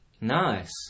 Nice